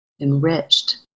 enriched